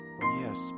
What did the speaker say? yes